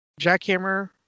Jackhammer